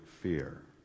fear